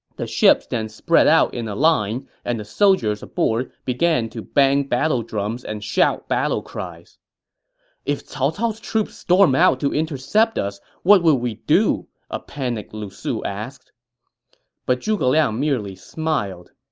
the ships then spread out in a line and the soldiers aboard started to bang battle drums and shout battle cries if cao cao's troops storm out to intercept us, what would we do? a panicked lu su asked but zhuge liang merely smiled.